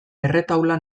erretaula